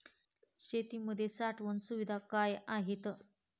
शेतीमध्ये साठवण सुविधा काय आहेत?